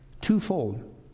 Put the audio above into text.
twofold